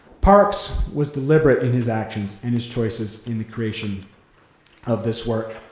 parks was deliberate in his action and his choices in the creation of this work.